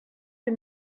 les